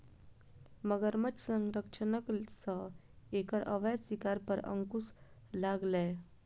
मगरमच्छ संरक्षणक सं एकर अवैध शिकार पर अंकुश लागलैए